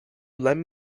lend